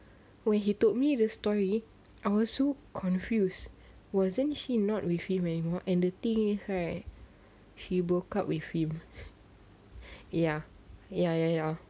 when he told me the story I was so confused wasn't she not with him anymore and the thing is right she broke up with him ya ya ya ya